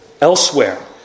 elsewhere